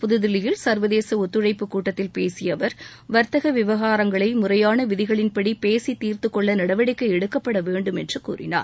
புதுதில்லியில் சர்வதேச ஒத்துழைப்பு கூட்டத்தில் பேசிய அவர் வர்த்தக விவகாரங்களை முறையாள விதிகளின்படி பேசி தீர்த்துக்கொள்ள நடவடிக்கை எடுக்கப்படவேண்டும் என்று கூறினார்